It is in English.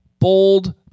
Bold